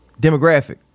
demographic